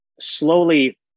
slowly